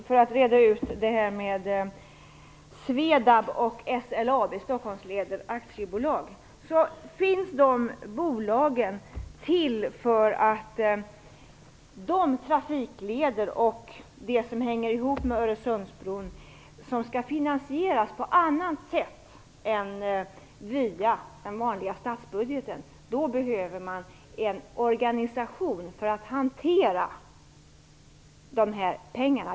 Fru talman! Jag vill bara kort reda ut detta med SWEDAB och Stockholmsleder AB. De bolagen finns till för det som hänger ihop med Öresundsbron och de trafikleder som skall finansieras på annat sätt än via den vanliga statsbudgeten. Man behöver en organisation för att hantera det.